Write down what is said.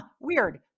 weird